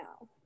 now